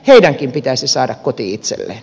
heidänkin pitäisi saada koti itselleen